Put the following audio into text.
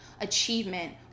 achievement